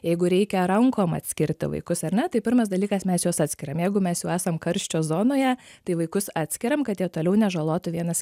jeigu reikia rankom atskirti vaikus ar ne tai pirmas dalykas mes juos atskiriam jeigu mes jau esam karščio zonoje tai vaikus atskiriam kad jie toliau nežalotų vienas